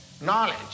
knowledge